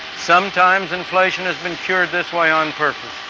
sometimes inflation has been cured this way on purpose.